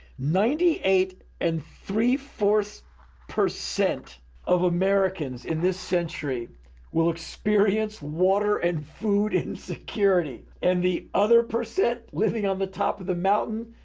ninety eight and three four percent of americans in this century will experience water and food insecurity, and the other percent living on the top of the mountain,